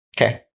Okay